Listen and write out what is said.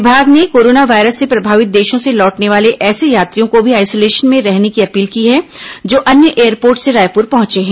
विभाग ने corona virus से प्रभावित देशों से लौटने वाले ऐसे यात्रियों को भी आईसोलेशन में रहने की अपील की है जो अन्य एयरपोर्ट से रायपुर पहुंचे हैं